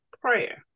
prayer